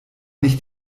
nicht